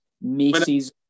Macy's